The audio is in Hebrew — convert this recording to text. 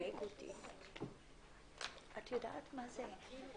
12:30.